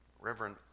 Reverend